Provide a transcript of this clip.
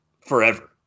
forever